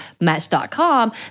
Match.com